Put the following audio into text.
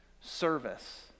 Service